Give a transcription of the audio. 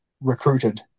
recruited